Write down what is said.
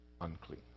unclean